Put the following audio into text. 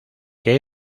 que